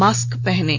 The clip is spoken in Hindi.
मास्क पहनें